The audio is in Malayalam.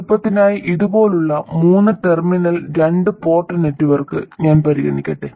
എളുപ്പത്തിനായി ഇതുപോലുള്ള മൂന്ന് ടെർമിനൽ രണ്ട് പോർട്ട് നെറ്റ്വർക്ക് ഞാൻ പരിഗണിക്കട്ടെ